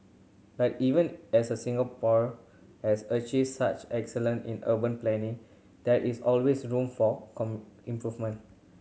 but even as a Singapore has achieved such excellence in urban planning there is always room for improvement